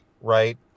right